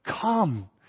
come